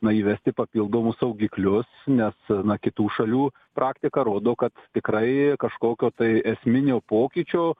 na įvesti papildomus saugiklius nes na kitų šalių praktika rodo kad tikrai kažkokio tai esminio pokyčio